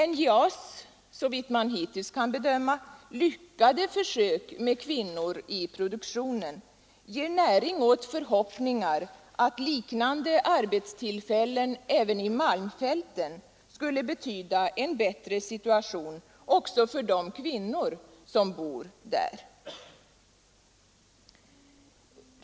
NJA:s — såvitt man hittills kan bedöma — lyckade försök med kvinnor i produktionen ger näring åt förhoppningar att liknande arbetstillfällen även i malmfälten skulle betyda en bättre situation också för de kvinnor som bor där.